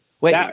Wait